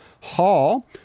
Hall